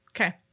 Okay